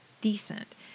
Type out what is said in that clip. decent